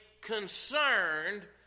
concerned